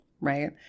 right